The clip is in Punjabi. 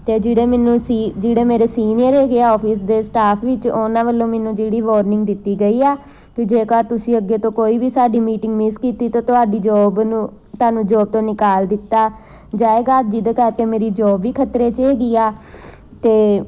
ਅਤੇ ਜਿਹੜੇ ਮੈਨੂੰ ਸੀ ਜਿਹੜੇ ਮੇਰੇ ਸੀਨੀਅਰ ਹੈਗੇ ਆ ਔਫਿਸ ਦੇ ਸਟਾਫ ਵਿੱਚ ਉਹਨਾਂ ਵੱਲੋਂ ਮੈਨੂੰ ਜਿਹੜੀ ਵੋਰਨਿੰਗ ਦਿੱਤੀ ਗਈ ਆ ਕਿ ਜੇਕਰ ਤੁਸੀਂ ਅੱਗੇ ਤੋਂ ਕੋਈ ਵੀ ਸਾਡੀ ਮੀਟਿੰਗ ਮਿਸ ਕੀਤੀ ਤਾਂ ਤੁਹਾਡੀ ਜੋਬ ਨੂੰ ਤੁਹਾਨੂੰ ਜੋਬ ਤੋਂ ਨਿਕਾਲ ਦਿੱਤਾ ਜਾਏਗਾ ਜਿਹਦੇ ਕਰਕੇ ਮੇਰੀ ਜੋਬ ਵੀ ਖ਼ਤਰੇ 'ਚ ਹੈਗੀ ਆ ਤੇ